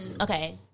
okay